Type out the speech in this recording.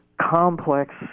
complex